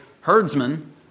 herdsman